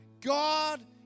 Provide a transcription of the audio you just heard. God